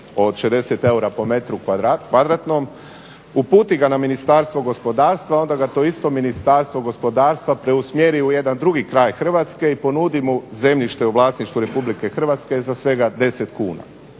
od 60 EUR-a po metru kvadratnom, uputi ga na Ministarstvo gospodarstva. Onda ga to isto Ministarstvo gospodarstva preusmjeri u jedan drugi kraj Hrvatske i ponudi mu zemljište u vlasništvu Republike Hrvatske za svega 10 kuna.